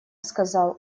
сказал